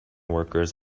workers